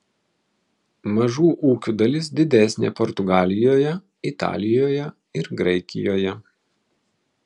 mažų ūkių dalis didesnė portugalijoje italijoje ir graikijoje